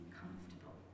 comfortable